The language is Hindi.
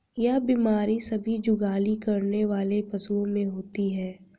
यह बीमारी सभी जुगाली करने वाले पशुओं में होती है